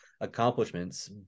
accomplishments